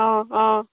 অঁ অঁ